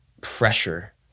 pressure